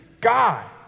God